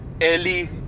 Ellie